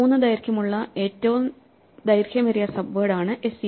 3 ദൈർഘ്യമുള്ള ഏറ്റവും ദൈർഘ്യമേറിയ സബ്വേഡാണ് sec